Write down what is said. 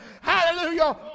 Hallelujah